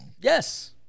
Yes